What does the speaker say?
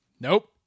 Nope